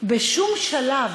בשום שלב,